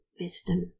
Wisdom